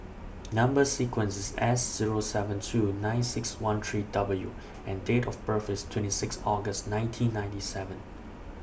Number sequence IS S Zero seven two nine six one three W and Date of birth IS twenty six August nineteen ninety seven